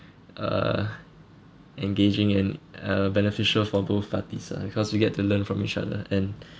all that more uh engaging in uh beneficial for both parties ah because we get to learn from each other and